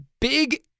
big